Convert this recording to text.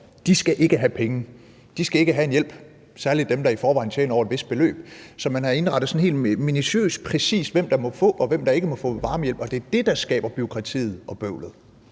der ikke skal have penge; de skal ikke have en hjælp, særlig dem, der i forvejen tjener over et vist beløb. Så man har indrettet sådan helt minutiøst præcist, hvem der må få og hvem der ikke må få varmehjælp, og det er det, der skaber bureaukratiet og bøvlet.